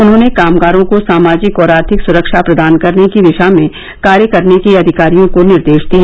उन्होंने कामगारों को सामाजिक और आर्थिक सुरक्षा प्रदान करने की दिशा में कार्य करने के अधिकारियों को निर्देश दिए